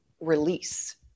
release